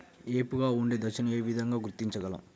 ఏపుగా ఉండే దశను ఏ విధంగా గుర్తించగలం?